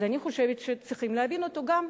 אז אני חושבת שצריכים להבין אותה גם,